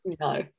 No